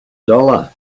dollar